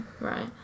right